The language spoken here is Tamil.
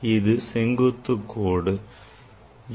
இது செங்குத்துக் கோடு ஆகும்